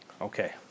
Okay